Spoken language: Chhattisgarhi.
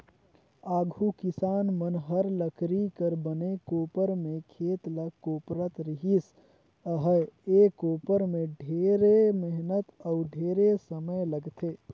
आघु किसान मन हर लकरी कर बने कोपर में खेत ल कोपरत रिहिस अहे, ए कोपर में ढेरे मेहनत अउ ढेरे समे लगथे